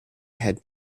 had